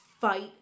fight